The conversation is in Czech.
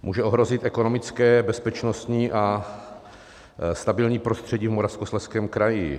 Může ohrozit ekonomické, bezpečnostní a stabilní prostředí v Moravskoslezském kraji.